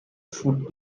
should